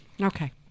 Okay